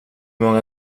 många